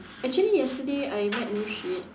actually yesterday I met Rushid